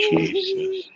Jesus